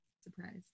surprised